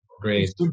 great